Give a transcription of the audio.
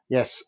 Yes